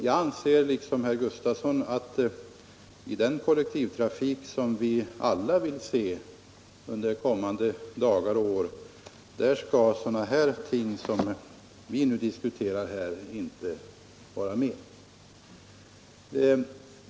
Jag anser liksom herr Gustafson att i den kollektivtrafik som vi alla vill ha under kommande dagar och år skall sådana här företeelser som vi nu diskuterar inte förekomma.